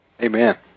amen